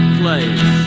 place